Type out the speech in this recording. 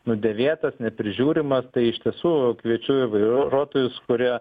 nudėvėtas neprižiūrimas tai iš tiesų kviečiu vairuotojus kurie